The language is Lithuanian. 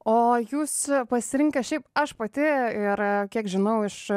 o jūs pasirinkę šiaip aš pati ir kiek žinau iš